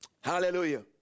Hallelujah